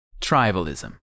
Tribalism